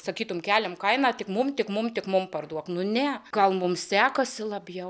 sakytumei keliame kainą tik mums tik mums tik mums parduok nu ne gal mums sekasi labiau